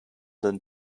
than